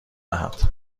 دهد